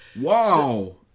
Wow